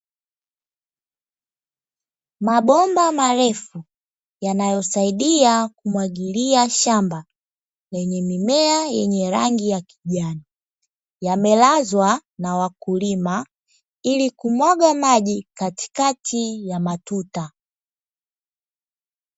Mabomba marefu yanayosaidia kumwagilia shamba, lenye mimea yenye rangi ya kijani, yamelazwa na wakulima, ili kumwaga maji katikati ya matuta.